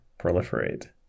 proliferate